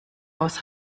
aus